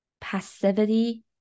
passivity